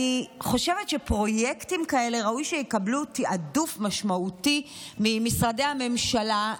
אני חושבת שראוי שפרויקטים כאלה יקבלו תיעדוף משמעותי ממשרדי הממשלה,